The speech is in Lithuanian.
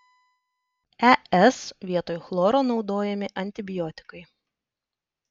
es vietoj chloro naudojami antibiotikai